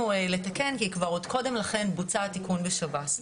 לתקן כי כבר עוד קודם לכן בוצע התיקון בשב"ס.